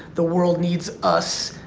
the world needs us.